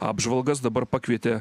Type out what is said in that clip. apžvalgas dabar pakvietė